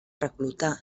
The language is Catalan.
recluta